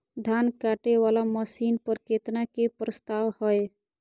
धान काटे वाला मशीन पर केतना के प्रस्ताव हय?